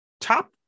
top